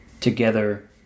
together